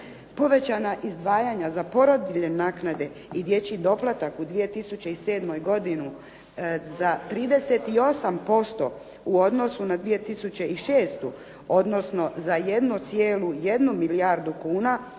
Povećana izdvajanja za porodiljne naknade i dječji doplatak u 2007. godini za 38% u odnosu na 2006. odnosno za 1,1 milijardu kuna